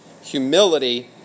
humility